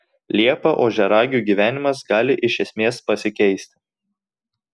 liepą ožiaragių gyvenimas gali iš esmės pasikeisti